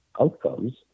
outcomes